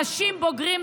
אנשים בוגרים,